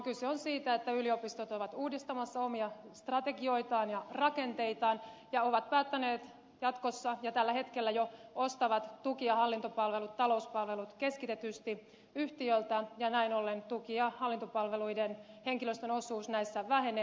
kyse on siitä että yliopistot ovat uudistamassa omia strategioitaan ja rakenteitaan ja ovat päättäneet jatkossa ostaa ja tällä hetkellä jo ostavat tuki ja hallintopalvelut talouspalvelut keskitetysti yhtiöltä ja näin ollen tuki ja hallintopalveluiden henkilöstön osuus näissä vähenee